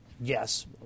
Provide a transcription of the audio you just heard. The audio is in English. Yes